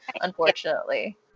unfortunately